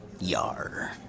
Yar